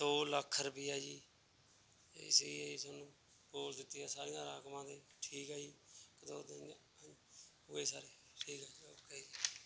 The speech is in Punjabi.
ਦੋ ਲੱਖ ਰੁਪਈਆਂ ਜੀ ਇਹ ਸੀਗੇ ਜੀ ਤੁਹਾਨੂੰ ਬੋਲ ਦਿੱਤੀਆਂ ਸਾਰੀਆਂ ਰਕਮਾਂ ਦੇ ਠੀਕ ਹੈ ਜੀ ਦੋ ਤਿੰਨ ਹੋਗੇ ਸਾਰੇ ਠੀਕ ਹੈ ਓਕੇ ਜੀ